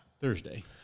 Thursday